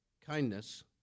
kindness